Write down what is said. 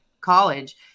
college